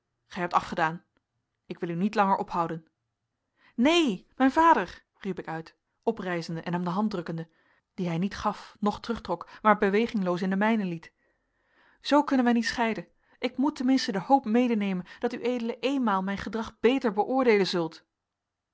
hebt afgedaan ik wil u niet langer ophouden neen mijn vader riep ik uit oprijzende en hem de hand drukkende die hij niet gaf noch terugtrok maar bewegingloos in de mijne liet zoo kunnen wij niet scheiden ik moet ten minste de hoop medenemen dat ued eenmaal mijn gedrag beter beoordeelen zult